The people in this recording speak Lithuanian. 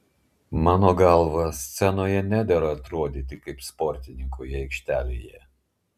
mano galva scenoje nedera atrodyti kaip sportininkui aikštelėje